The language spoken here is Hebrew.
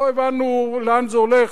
לא הבנו לאן זה הולך,